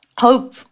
Hope